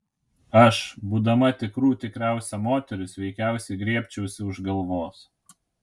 aš būdama tikrų tikriausia moteris veikiausiai griebčiausi už galvos